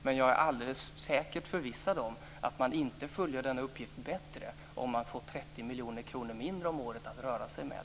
Men jag är alldeles säkert förvissad om att man inte fullgör denna uppgift bättre om man får 30 miljoner kronor mindre om året att röra sig med.